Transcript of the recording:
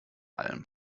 allem